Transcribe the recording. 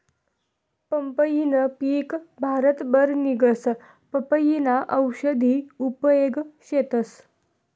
पंपईनं पिक भारतभर निंघस, पपयीना औषधी उपेग शेतस